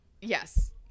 Yes